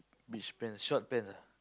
beach pants short pants ah